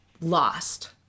lost